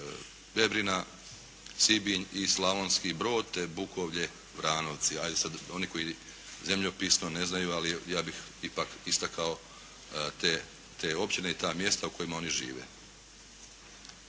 Debrina, Sibinj i Slavonski Brod te Bukovlje, Vranovci. Ajde sad oni koji zemljopisno ne znaju, ali ja bih ipak istakao te općine i ta mjesta u kojima oni žive.